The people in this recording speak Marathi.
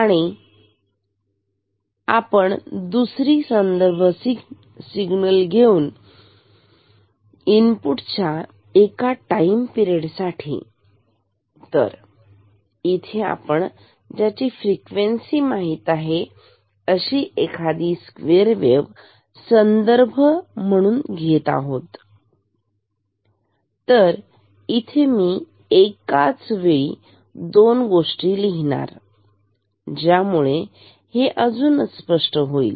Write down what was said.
तर आपण दुसरी संदर्भ सिग्नल घेऊन इनपुट च्या एका टाईम पिरेड साठी तर इथे आपण ज्याची फ्रिक्वेन्सी माहित आहे अशी स्क्वेअर वेव्ह संदर्भ म्हणून घेत आहोत तर इथे मी एकाच वेळी दोन गोष्टी लिहितो ज्यामुळे हे अजून स्पष्ट होईल